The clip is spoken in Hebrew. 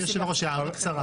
אדוני היושב-ראש, הערה קצרה.